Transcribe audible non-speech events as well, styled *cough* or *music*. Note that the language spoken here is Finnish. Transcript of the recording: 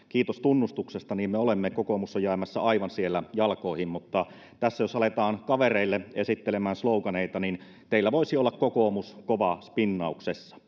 *unintelligible* kiitos tunnustuksesta niin me olemme kokoomus on jäämässä siellä aivan jalkoihin mutta tässä jos aletaan kavereille esittelemään sloganeita niin teillä voisi olla kokoomus kova spinnauksessa *unintelligible*